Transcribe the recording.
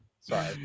Sorry